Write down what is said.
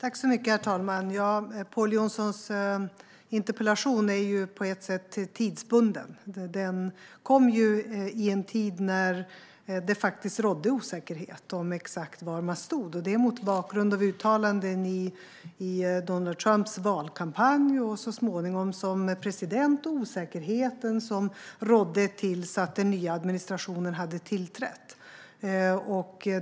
Herr talman! Pål Jonsons interpellation är på ett sätt tidsbunden. Den ställdes i en tid då det rådde osäkerhet om var USA faktiskt stod - detta mot bakgrund av uttalanden i Donald Trumps valkampanj och den osäkerhet som rådde innan den nye presidentens administration hade tillträtt.